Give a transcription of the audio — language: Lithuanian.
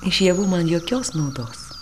iš javų man jokios naudos